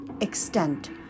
extent